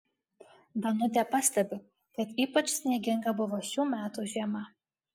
danutė pastebi kad ypač snieginga buvo šių metų žiema